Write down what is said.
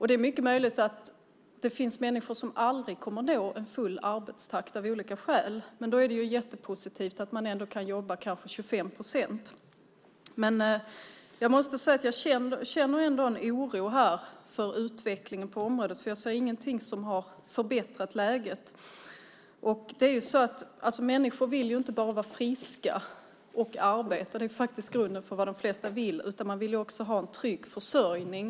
Det är mycket möjligt att det finns människor som av olika skäl aldrig kommer att nå en full arbetstakt, men då är det jättepositivt att ändå kunna jobba kanske 25 procent. Jag måste säga att jag ändå känner en oro för utvecklingen på området, för jag ser ingenting som har förbättrat läget. Människor vill inte bara friska och kunna arbeta - det är i grunden vad de flesta vill - utan vill också ha en trygg försörjning.